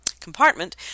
compartment